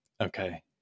Okay